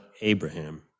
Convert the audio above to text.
Abraham